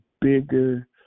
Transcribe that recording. bigger